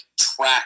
track